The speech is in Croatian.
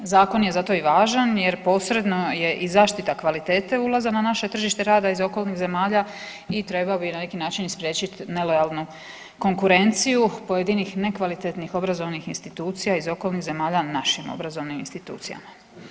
Zakon je zato i važan jer posredno je i zaštita kvalitete ulaza na naše tržište rada iz okolnih zemalja i trebao bi na neki način spriječit nelojalnu konkurenciju pojedinih nekvalitetnih obrazovnih institucija iz okolnih zemalja našim obrazovnim institucijama.